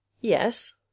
Yes